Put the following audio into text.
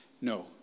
no